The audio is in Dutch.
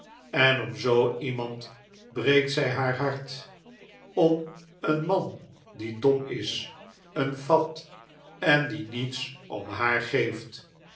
en om zoo iemand breekt zij haar hart om een man die dom is een fat en die niets om haar geeft